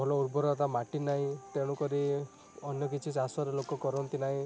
ଭଲ ଉର୍ବରତା ମାଟି ନାହିଁ ତେଣୁକରି ଅନ୍ୟ କିଛି ଚାଷ ଲୋକ କରନ୍ତି ନାହିଁ